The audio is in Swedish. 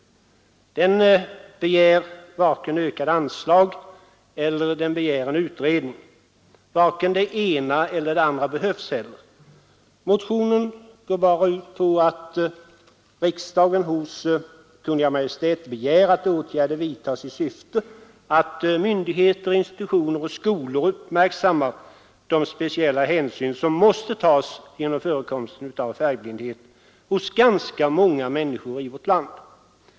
Den begär varken ökade anslag eller en utredning. Varken det ena eller det andra behövs. Motionen går bara ut på att riksdagen hos Kungl. Maj:t begär att åtgärder vidtas i syfte att myndigheter, institutioner och skolor uppmärksammar de speciella hänsyn som måste tas genom förekomsten av färgblindhet hos ganska många människor i vårt land.